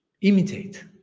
imitate